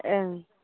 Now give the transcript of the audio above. ओं